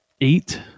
eight